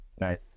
Nice